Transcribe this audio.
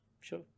sure